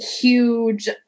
huge